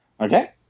Okay